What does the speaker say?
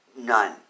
None